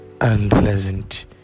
Unpleasant